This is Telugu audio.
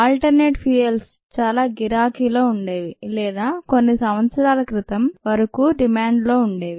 ఆల్టర్నేట్ ఫ్యూయల్స్ చాలా గిరాకీ లో ఉండేవి లేదా కొన్ని సంవత్సరాల క్రితం వరకూ డిమాండ్లో ఉండేవి